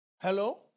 Hello